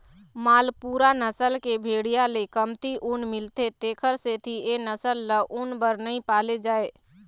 मालपूरा नसल के भेड़िया ले कमती ऊन मिलथे तेखर सेती ए नसल ल ऊन बर नइ पाले जाए